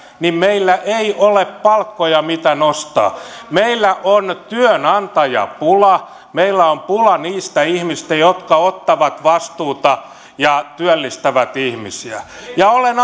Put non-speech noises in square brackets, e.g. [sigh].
niin meillä ei ole palkkoja mitä nostaa meillä on työnantajapula meillä on pula niistä ihmisistä jotka ottavat vastuuta ja työllistävät ihmisiä ja olen [unintelligible]